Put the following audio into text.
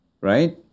Right